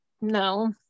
No